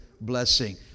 blessing